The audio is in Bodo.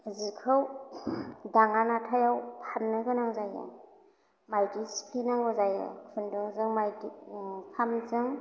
जिखौ दाङानाथायाव फाननो गोनां जायो माइदि सिफ्लेनांगौ जायो खुन्दुंजों माइदि ओंखामजों